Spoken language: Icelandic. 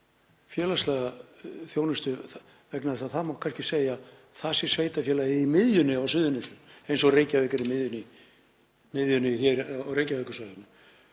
félagslega þjónustu vegna þess að það má kannski segja að það sé sveitarfélagið í miðjunni á Suðurnesjum eins og Reykjavík er í miðjunni hér á Reykjavíkursvæðinu.